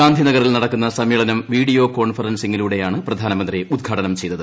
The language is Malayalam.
ഗാന്ധി നഗറിൽ നടക്കുന്ന സമ്മേളനം വീഡീയോ കോൺഫറൻസിങ്ങിലൂടെയാണ് പ്രധാനമന്ത്രി ഉദ്ഘാടനം ചെയ്തത്